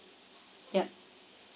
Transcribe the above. yup